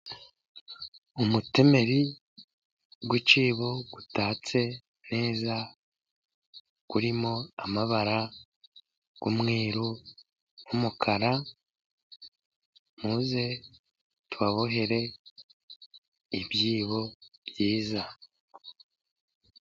Umutemeri w'ikibo utatse neza, urimo amabara y'umweru, n'umukara. Muze tubabohere ibyibo byiza.